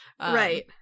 Right